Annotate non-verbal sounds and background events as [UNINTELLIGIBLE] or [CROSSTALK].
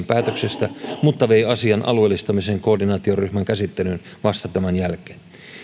[UNINTELLIGIBLE] päätöksestä mutta vei asian alueellistamisen koordinaatioryhmän käsittelyyn vasta tämän jälkeen